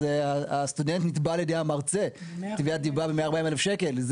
אז הסטודנט נתבע על ידי המרצה תביעת דיבה ב-140,000 שקל.